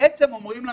בעצם אומרים לנו: